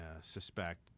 suspect